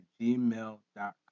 gmail.com